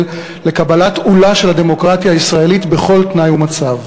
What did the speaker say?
לקבלת עולה של הדמוקרטיה הישראלית בכל תנאי ומצב.